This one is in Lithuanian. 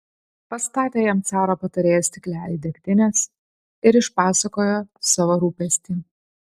pastatė jam caro patarėjas stiklelį degtinės ir išpasakojo savo rūpestį